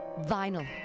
vinyl